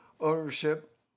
ownership